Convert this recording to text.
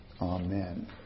Amen